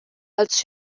als